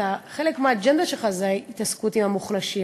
חלק מהאג'נדה שלך זה ההתעסקות עם המוחלשים,